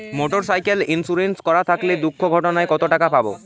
Motorcycle insurance করা থাকলে দুঃঘটনায় কতটাকা পাব?